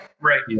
right